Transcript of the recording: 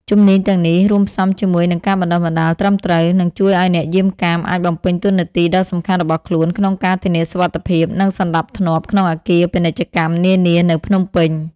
ជំនាញទាំងនេះ រួមផ្សំជាមួយនឹងការបណ្ដុះបណ្ដាលត្រឹមត្រូវ នឹងជួយឲ្យអ្នកយាមកាមអាចបំពេញតួនាទីដ៏សំខាន់របស់ខ្លួនក្នុងការធានាសុវត្ថិភាព និងសណ្ដាប់ធ្នាប់ក្នុងអគារពាណិជ្ជកម្មនានានៅភ្នំពេញ។